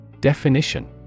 Definition